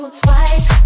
twice